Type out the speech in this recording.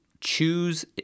choose